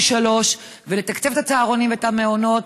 שלוש ולתקצב את הצהרונים ואת המעונות,